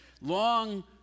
Long